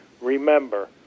remember